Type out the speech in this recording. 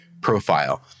profile